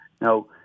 Now